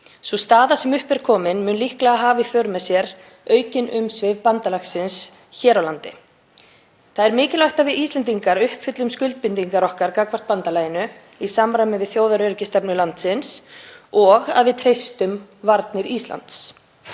Sú staða sem upp er komin mun líklega hafa í för með sér aukin umsvif bandalagsins hér á landi. Það er mikilvægt að við Íslendingar uppfyllum skuldbindingar okkar gagnvart bandalaginu í samræmi við þjóðaröryggisstefnu landsins og að við treystum varnir Íslands.